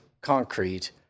concrete